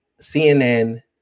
CNN